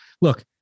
Look